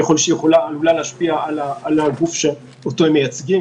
ככל שהיא עלולה להשפיע על הגוף שאותו הם מייצגים,